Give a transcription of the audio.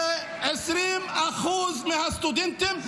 זה 20% מהסטודנטים.